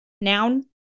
Noun